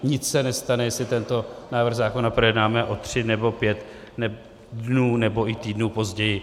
Nic se nestane, jestli tento návrh zákona projednáme o tři nebo pět dnů nebo i týdnů později.